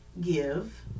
Give